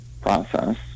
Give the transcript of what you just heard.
process